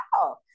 wow